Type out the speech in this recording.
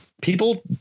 people –